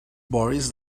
boris